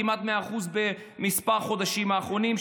כמעט 100% בכמה החודשים האחרונים,